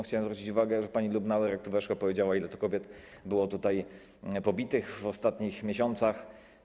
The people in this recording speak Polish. Chciałem zwrócić uwagę, że pani Lubnauer weszła tu i powiedziała, ile to kobiet było tutaj pobitych w ostatnich miesiącach.